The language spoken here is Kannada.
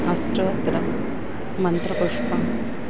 ಅಷ್ಟೋತ್ರ ಮಂತ್ರಪುಷ್ಪ